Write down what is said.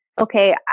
okay